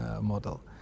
model